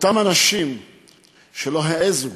אותם אנשים שלא העזו,